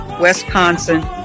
Wisconsin